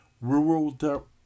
rural